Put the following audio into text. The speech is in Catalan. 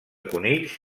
conills